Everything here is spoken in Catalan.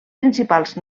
principals